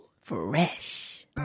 Fresh